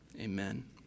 Amen